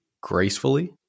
gracefully